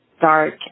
dark